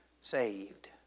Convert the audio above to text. saved